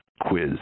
quiz